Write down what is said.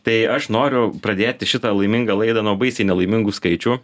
tai aš noriu pradėti šitą laimingą laidą nuo baisiai nelaimingų skaičių